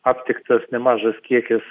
aptiktas nemažas kiekis